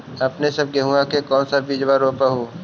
अपने सब गेहुमा के कौन सा बिजबा रोप हू?